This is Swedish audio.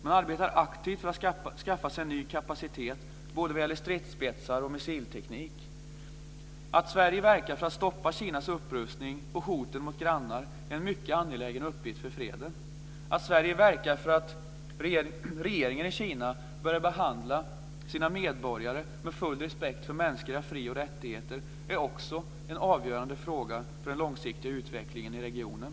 Man arbetar aktivt för att skaffa sig ny kapacitet både vad gäller stridsspetsar och missilteknik. Att Sverige verkar för att stoppa Kinas upprustning och hoten mot grannar är en mycket angelägen uppgift för freden. Att Sverige verkar för att regeringen i Kina börjar behandla sina medborgare med full respekt för mänskliga fri och rättigheter är också en avgörande fråga för den långsiktiga utvecklingen i regionen.